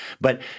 but-